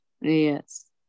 Yes